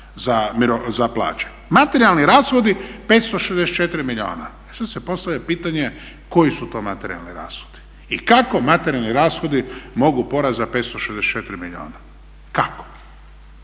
za plaće. Materijalni rashodi 564 milijuna. E sad se postavlja pitanje koji su to materijalni rashodi i kako materijalni rashodi mogu porasti za 564 milijuna. Kako?